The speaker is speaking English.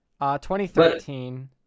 2013